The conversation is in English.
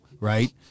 right